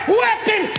weapon